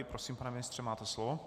Prosím, pane ministře, máte slovo.